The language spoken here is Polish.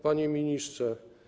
Panie Ministrze!